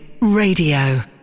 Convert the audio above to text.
Radio